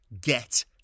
get